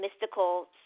mystical